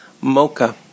Mocha